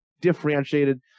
differentiated